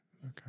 Okay